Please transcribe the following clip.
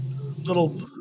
little